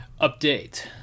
update